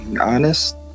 honest